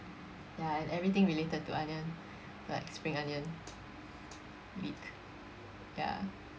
ya and everything related to onion like spring onion leek ya